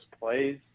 plays